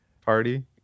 Party